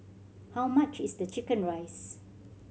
how much is the chicken rice